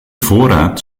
voorraad